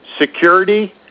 security